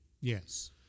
yes